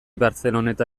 barceloneta